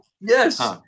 Yes